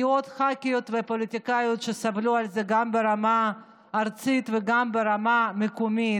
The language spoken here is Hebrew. והיו עוד ח"כיות ופוליטיקאיות שסבלו מזה גם ברמה ארצית וגם ברמה מקומית.